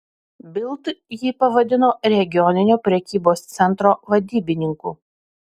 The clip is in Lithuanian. bild jį pavadino regioninio prekybos centro vadybininku